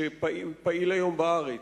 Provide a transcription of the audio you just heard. שפעיל היום בארץ,